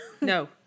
No